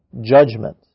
judgment